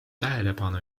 tähelepanu